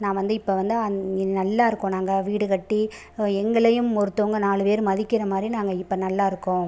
நான் வந்து இப்போ வந்து அந் நல்லாயிருக்கோம் நாங்கள் வீடு கட்டி எங்களையும் ஒருத்தவங்க நாலு பேர் மதிக்கின்ற மாதிரி நாங்கள் இப்போ நல்லாயிருக்கோம்